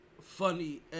funny